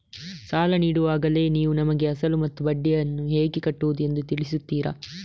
ಸಾಲ ನೀಡುವಾಗಲೇ ನೀವು ನಮಗೆ ಅಸಲು ಮತ್ತು ಬಡ್ಡಿಯನ್ನು ಹೇಗೆ ಕಟ್ಟುವುದು ಎಂದು ತಿಳಿಸುತ್ತೀರಾ?